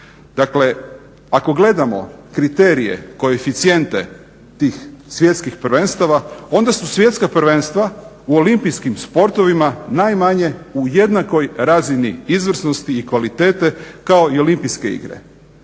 Dakle, ako gledamo kriterije, koeficijente tih svjetskih prvenstava onda su svjetska prvenstva u olimpijskim sportovima najmanje u jednakoj razini izvrsnosti i kvalitete kao i olimpijske igre.